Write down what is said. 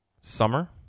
summer